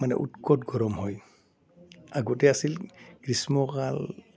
মানে উৎকত গৰম হয় আগতে আছিল গ্ৰীষ্মকাল